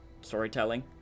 storytelling